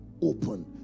open